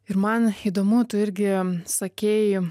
ir man įdomu tu irgi sakei